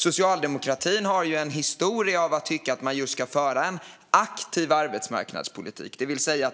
Socialdemokratin har ju en historia av att tycka att man ska föra en aktiv arbetsmarknadspolitik, det vill säga